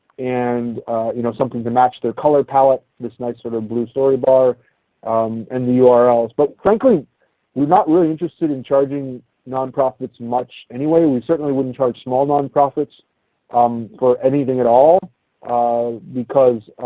and you know something to match their color palette, this nice sort of blue story bar and the url's. but frankly, we're not really interested in charging nonprofits much anyway. we certainly wouldn't charge small nonprofits um for anything at all um because